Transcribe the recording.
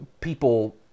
people